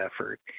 effort